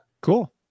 cool